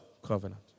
covenant